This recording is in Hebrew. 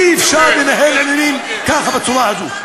אי-אפשר לנהל עניינים ככה, בצורה הזו.